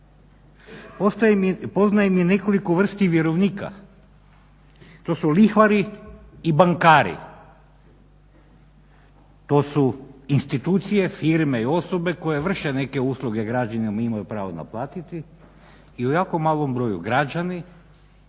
Poznajem i nekoliko vrsti vjerovnika. To su lihvari i bankari. To su institucije, firme i osobe koje vrše neke usluge građanima i imaju ih pravo naplatiti i u jako malom broju građani